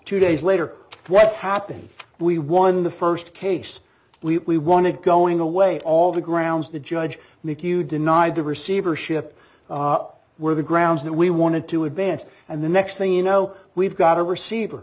two days later what happened we won the first case we won it going away all the grounds the judge mchugh denied the receivership were the grounds that we wanted to advance and the next thing you know we've got a receiver